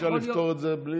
אי-אפשר לפתור את זה בלי,